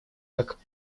как